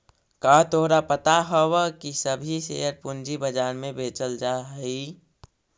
का तोहरा पता हवअ की सभी शेयर पूंजी बाजार में बेचल जा हई